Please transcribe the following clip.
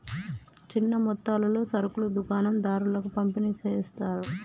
చిన్న మొత్తాలలో సరుకులు దుకాణం దారులకు పంపిణి చేస్తారు